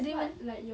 I didn't even